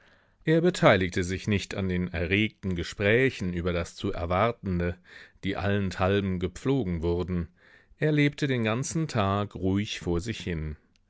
er beteiligte sich nicht an den erregten gesprächen über das zu erwartende die allenthalben gepflogen wurden er lebte den ganzen tag ruhig vor sich hin